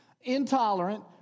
Intolerant